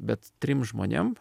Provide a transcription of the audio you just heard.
bet trim žmonėm